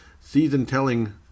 Season-telling